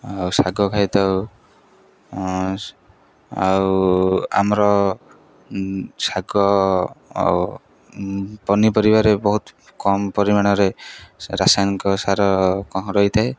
ଆଉ ଶାଗ ଖାଇଥାଉ ଆଉ ଆମର ଶାଗ ଆଉ ପନିପରିବାରେ ବହୁତ କମ୍ ପରିମାଣରେ ରାସାୟନିକ ସାର କ ରହିଥାଏ